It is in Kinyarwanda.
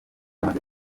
amaze